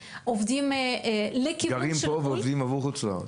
שעובדים --- גרים פה ועובדים עבור חוץ לארץ.